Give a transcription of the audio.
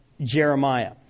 Jeremiah